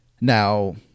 Now